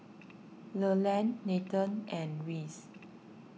Leland Nathen and Reese